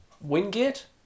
Wingate